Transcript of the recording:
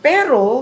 Pero